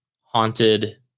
haunted